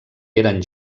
eren